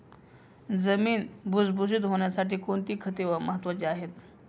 जमीन भुसभुशीत होण्यासाठी कोणती खते महत्वाची आहेत?